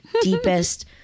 deepest